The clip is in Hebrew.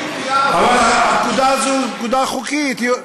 אבל הפקודה הזאת היא פקודה חוקית.